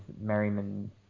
merriman